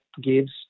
gives